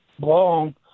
long